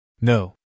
No